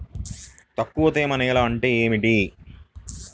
తక్కువ తేమ నేల అంటే ఏమిటి?